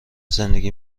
زندگی